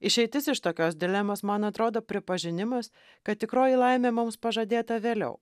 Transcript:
išeitis iš tokios dilemos man atrodo pripažinimas kad tikroji laimė mums pažadėta vėliau